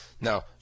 Now